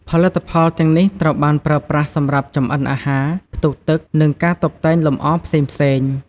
ផលិតផលទាំងនេះត្រូវបានប្រើប្រាស់សម្រាប់ចម្អិនអាហារ ផ្ទុកទឹក និងការតុបតែងលម្អផ្សេងៗ។